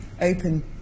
open